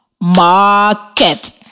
market